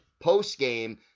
post-game